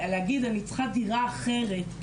להגיד אני צריכה דירה אחרת,